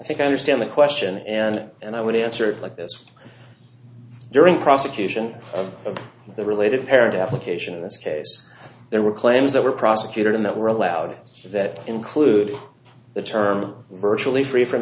i think i understand the question and and i would answer it like this during prosecution and the related parent application in this case there were claims that were prosecuted in that were allowed that include the term virtually free from